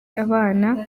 abana